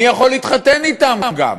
מי יכול להתחתן אתם גם.